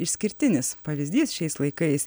išskirtinis pavyzdys šiais laikais